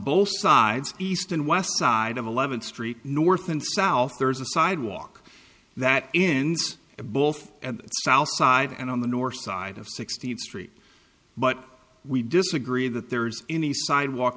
both sides east and west side of eleventh street north and south there's a sidewalk that ends of both and the south side and on the north side of sixteenth street but we disagree that there's any sidewalk